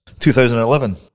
2011